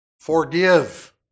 forgive